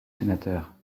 sénateur